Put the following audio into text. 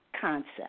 concept